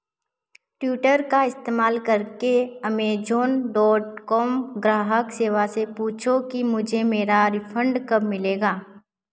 Twitter का इस्तमाल करके अमेजोन डॉट कॉम ग्राहक सेवा से पूछो कि मुझे मेरा रिफ़ंड कब मिलेगा